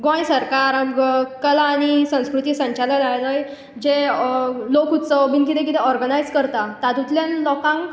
गोंय सरकारा कला आनी संस्कृती संचालनालय जे लोकउत्सव बीन किदें किदें ऑर्गनायज करता तातुंतल्यान लोकांक